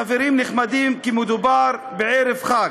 חברים נחמדים, כי מדובר בערב חג.